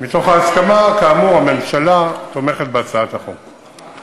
מתוך ההסכמה, כאמור הממשלה תומכת בהצעת החוק.